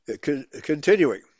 Continuing